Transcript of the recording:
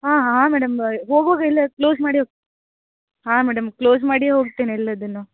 ಹಾಂ ಹಾಂ ಮೇಡಮ್ ಹೋಗುವಾಗ ಎಲ್ಲ ಕ್ಲೋಸ್ ಮಾಡಿ ಹೋಗು ಹಾಂ ಮೇಡಮ್ ಕ್ಲೋಸ್ ಮಾಡಿಯೇ ಹೋಗ್ತೇನೆ ಎಲ್ಲವನ್ನು